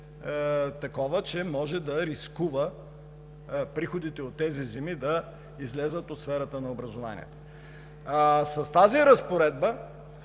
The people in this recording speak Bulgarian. такова, че да може да рискува приходите от тези земи да излязат от сферата на образованието? С тази разпоредба